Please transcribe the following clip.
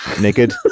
naked